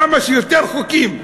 כמה שיותר חוקים.